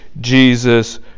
Jesus